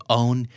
own